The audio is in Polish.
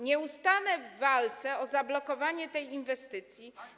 Nie ustanę w walce o zablokowanie tej inwestycji.